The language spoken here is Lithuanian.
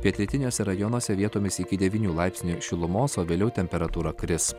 pietrytiniuose rajonuose vietomis iki devynių laipsnių šilumos o vėliau temperatūra kris